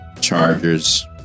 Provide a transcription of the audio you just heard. Chargers